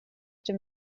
dem